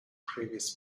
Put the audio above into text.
previous